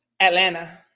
Atlanta